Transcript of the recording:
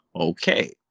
Okay